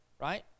right